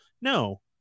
No